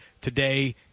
Today